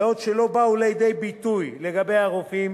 אך לא באו לידי ביטוי לגבי רופאים